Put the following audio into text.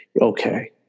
okay